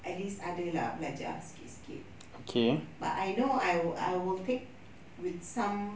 at least ada lah ajar sikit-sikit but I know I would I will take with some